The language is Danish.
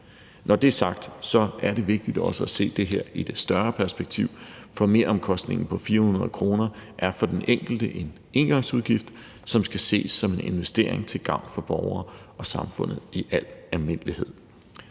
Når det er sagt, er det vigtigt også at se det her i et lidt større perspektiv, for meromkostningen på 400 kr. er for den enkelte en engangsudgift, som skal ses som en investering til gavn for borgere og samfundet i almindelighed.